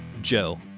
Joe